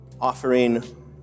offering